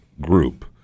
group